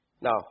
Now